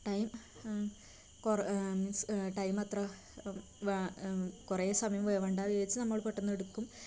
time കുറേ means time അത്ര വേ കുറേ സമയം വേവണ്ട വിചാരിച്ച് നമ്മള് പെട്ടെന്ന് എടുക്കും